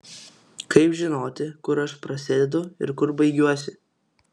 kaip žinoti kur aš prasidedu ir kur baigiuosi